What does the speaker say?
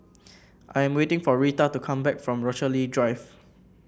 I am waiting for Rita to come back from Rochalie Drive